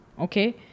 Okay